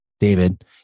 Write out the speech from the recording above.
David